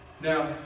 Now